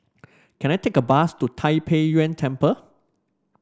can I take a bus to Tai Pei Yuen Temple